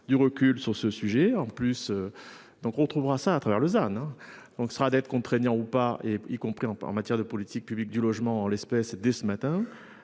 du recul sur ce sujet en plus. Donc, on trouvera ça à travers Lausanne. Donc ce sera d'être contraignant ou pas et y compris en matière de politique publique du logement, en l'espèce, dès ce matin.